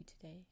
today